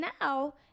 now